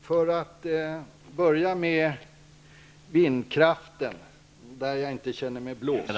Herr talman! Låt mig börja med vindkraften, där jag inte känner mig blåst.